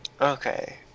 Okay